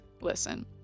listen